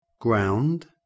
ground